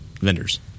vendors